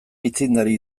aitzindari